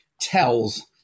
Tells